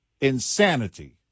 insanity